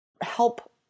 help